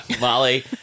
Molly